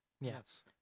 Yes